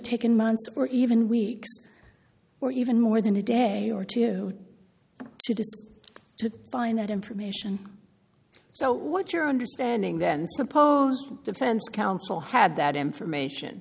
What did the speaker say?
months or even weeks or even more than a day or two to disk to find that information so what's your understanding then suppose defense counsel had that information